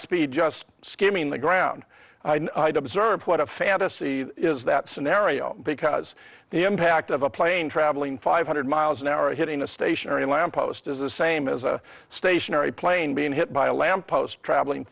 speed just skimming the ground observe what a fantasy is that scenario because the impact of a plane traveling five hundred miles an hour hitting a stationary lamppost is the same as a stationary plane being hit by a lamppost traveling